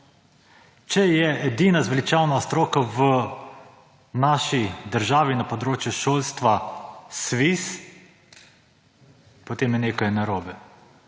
Če je edina zveličavna stroka v naši državi na področju šolstva SVIS, potem je nekaj narobe.